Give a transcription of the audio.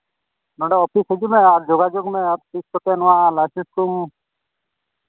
ᱱᱚᱰᱮ ᱚᱯᱷᱤᱥ ᱦᱤᱡᱩᱜ ᱢᱮ ᱟᱨ ᱡᱳᱜᱟᱡᱳᱜᱽ ᱢᱮ ᱛᱤᱥ ᱠᱚᱛᱮ ᱱᱚᱣᱟ ᱞᱟᱭᱥᱮᱱᱥ ᱦᱚᱸ